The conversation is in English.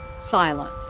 silent